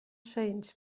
change